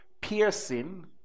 piercing